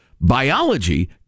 Biology